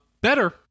Better